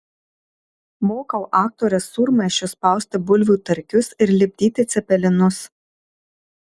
mokau aktores sūrmaišiu spausti bulvių tarkius ir lipdyti cepelinus